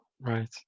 right